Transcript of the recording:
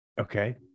Okay